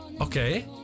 Okay